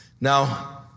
Now